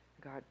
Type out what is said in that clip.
God